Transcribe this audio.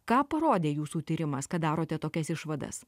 ką parodė jūsų tyrimas kad darote tokias išvadas